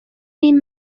این